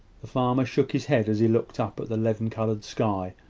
the farmer shook his head as he looked up at the leaden-coloured sky,